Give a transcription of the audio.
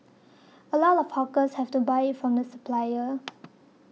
a lot of hawkers have to buy it from the supplier